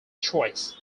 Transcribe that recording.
choice